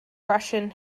russian